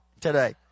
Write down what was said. today